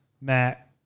Matt